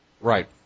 Right